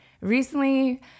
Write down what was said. recently